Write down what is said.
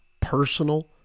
Personal